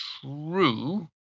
true